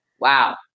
Wow